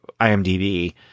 IMDb